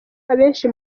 abenshi